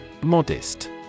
Modest